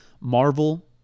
Marvel